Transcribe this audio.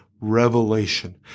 revelation